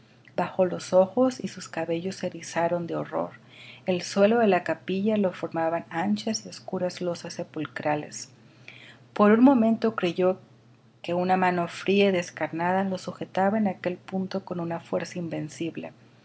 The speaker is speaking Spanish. bajó los ojos y sus cabellos se erizaron de horror el suelo de la capilla lo formaban anchas y oscuras losas sepulcrales por un momento creyó que una mano fría y descarnada le sujetaba en aquel punto con una fuerza invencible